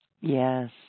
Yes